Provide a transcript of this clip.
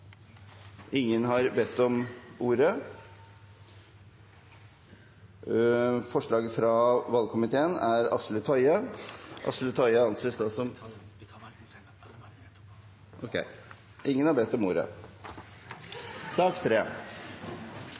Ingen har bedt om ordet. Ingen har bedt om ordet.